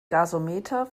gasometer